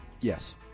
Yes